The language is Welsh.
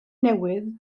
newydd